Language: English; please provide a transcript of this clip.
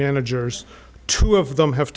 managers two of them have